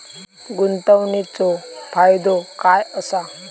गुंतवणीचो फायदो काय असा?